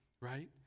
right